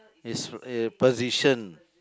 is a position